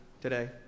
today